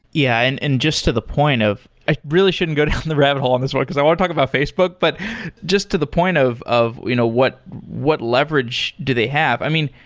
yeah and and just to the point of i really shouldn't go down the rabbit hole on this one, because i want to talk about facebook. but just to the point of of you know what what leverage do they have. i mean,